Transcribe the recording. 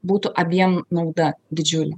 būtų abiem nauda didžiulė